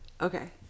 okay